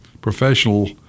professional